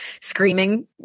screaming